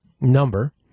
number